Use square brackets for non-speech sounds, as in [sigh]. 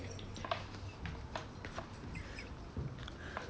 [laughs]